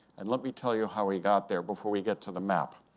and let me tell you how he got there before we get to the map.